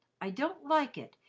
i don't like it,